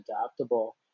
adaptable